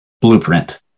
blueprint